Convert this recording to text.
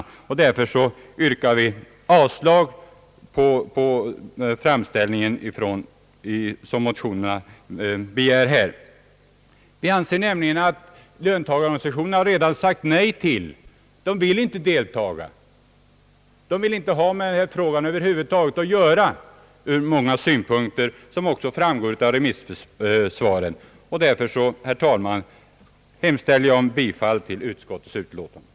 Därför yrkar vi avslag på dem. Vi anser nämligen att löntagarorganisationerna, eftersom de redan sagt nej, inte vill delta. De vill att göra, vilket också framgår av remissvaren. Därför, herr talman, hemställer jag om bifall till utskottets hemställan.